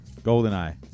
Goldeneye